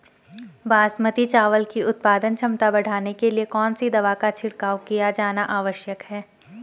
बासमती चावल की उत्पादन क्षमता बढ़ाने के लिए कौन सी दवा का छिड़काव किया जाना आवश्यक है?